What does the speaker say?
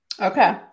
Okay